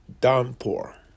downpour